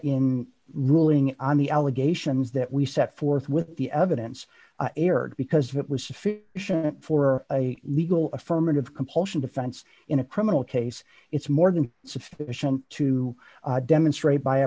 in ruling on the allegations that we set forth with the evidence aired because it was for a legal affirmative compulsion defense in a criminal case it's more than sufficient to demonstrate by a